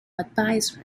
advisor